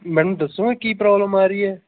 ma'am ਦੱਸੋ ਨਾ ਕੀ ਪ੍ਰੋਬਲਮ ਆ ਰਹੀ ਹੈ